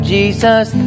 Jesus